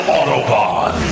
Autobahn